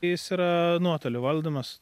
jis yra nuotoliu valdomas